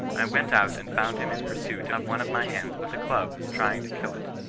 i went out and found him in pursuit of one of my hens with a club, trying to kill it.